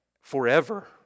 forever